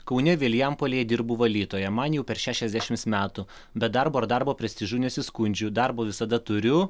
kaune vilijampolėje dirbu valytoja man jau per šešiasdešimt metų bet darbo ar darbo prestižu nesiskundžiu darbo visada turiu